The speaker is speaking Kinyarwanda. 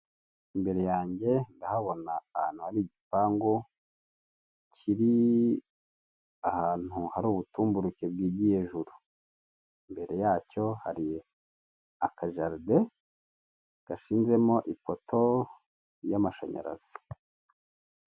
Imbere yange ndahabona ahantu hari igipangu, kiri ahantu hari ubutumburuke bwigiye hejuru. Imbere yacyo hari akajaride gashinzemo ipoto y'amashanyarazi.